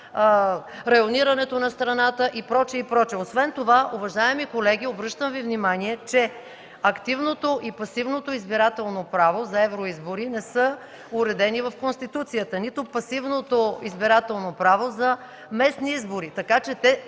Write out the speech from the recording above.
районирането на страната и прочие, и прочие. Освен това, уважаеми колеги, обръщам под внимание, че активното и пасивното избирателно право за евроизбори не са уредени в Конституцията, нито пасивното избирателно право за местни избори.